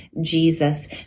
Jesus